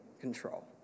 control